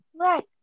Right